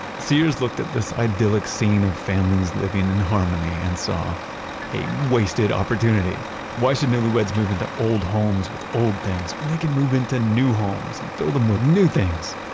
sears looked at this idyllic scene of families living in harmony and saw a wasted opportunity why should newlyweds move into old homes filled with old things, when they could move into new homes and fill them with new things,